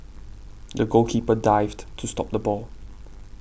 the goalkeeper dived to stop the ball